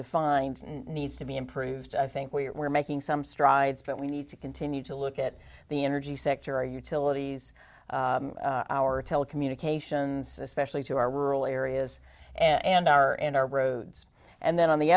defined needs to be improved i think we're making some strides but we need to continue to look at the energy sector our utilities our telecommunications especially to our rural areas and our and our roads and then on the